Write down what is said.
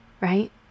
right